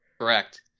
Correct